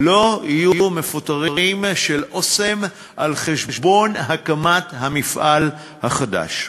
לא יהיו מפוטרים של "אסם" על חשבון הקמת המפעל החדש.